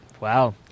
Wow